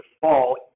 fall